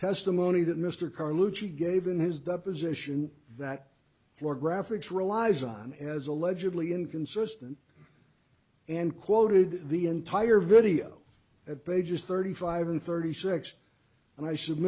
testimony that mr carlucci gave in his deposition that your graphics relies on as allegedly inconsistent and quoted the entire video at pages thirty five and thirty six and i